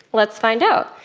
let's find out.